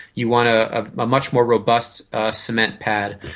you want a ah much more robust cement pad.